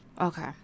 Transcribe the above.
Okay